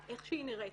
איך שהיא נראית,